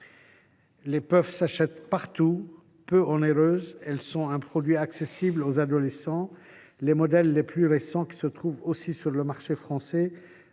Les puffs s’achètent partout. Peu onéreuses, elles sont un produit accessible aux adolescents. Les modèles les plus récents, qui se retrouvent aussi sur le marché français,